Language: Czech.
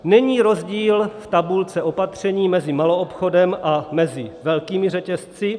Není rozdíl v tabulce opatření mezi maloobchodem a velkými řetězci.